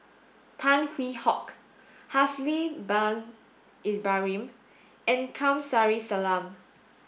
Tan Hwee Hock Haslir bin Ibrahim and Kamsari Salam